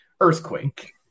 Earthquake